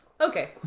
Okay